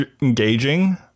engaging